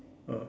ah